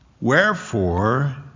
Wherefore